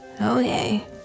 Okay